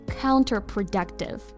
counterproductive